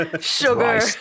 Sugar